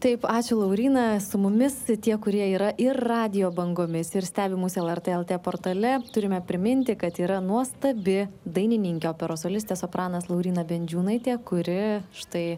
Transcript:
taip ačiū lauryna su mumis tie kurie yra ir radijo bangomis ir stebi mus lrt lt portale turime priminti kad yra nuostabi dainininkė operos solistė sopranas lauryna bendžiūnaitė kuri štai